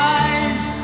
eyes